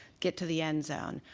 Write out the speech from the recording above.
get to the end zone.